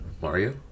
Mario